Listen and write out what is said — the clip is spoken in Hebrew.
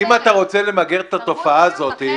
אם אתה רוצה למגר את התופעה הזאת,